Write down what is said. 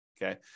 Okay